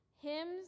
hymns